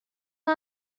dim